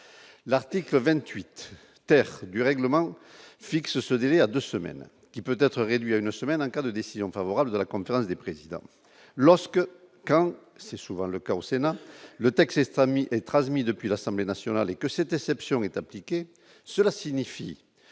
l'article 28 du règlement fixe ce délai à 2 semaines, qui peut être réduit à une semaine en cas de décision favorable de la conférence des présidents lorsque quand c'est souvent le cas au Sénat, le texte, famille et 13000 depuis l'Assemblée nationale et que c'était c'est Psion est impliqué, cela signifie